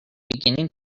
beginning